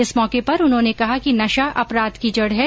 इस मौर्क पर उन्होंने कहा कि नशा अपराध की जड़ है